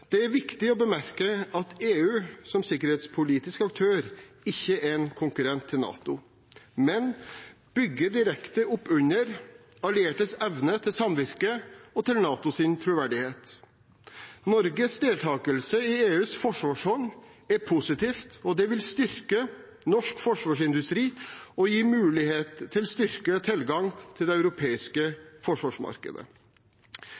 Det er viktig å bemerke at EU som sikkerhetspolitisk aktør ikke er en konkurrent til NATO, men bygger direkte opp under alliertes evne til samvirke og til NATOs troverdighet. Norges deltakelse i EUs forsvarsfond er positivt, og det vil styrke norsk forsvarsindustri og gi mulighet til styrket tilgang til det